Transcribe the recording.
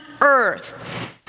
earth